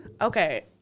okay